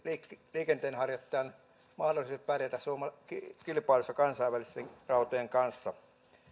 liikenteenharjoittajan mahdollisuudet pärjätä kilpailussa kansainvälisten autojen kanssa